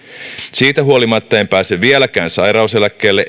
siitä huolimatta en pääse vieläkään sairauseläkkeelle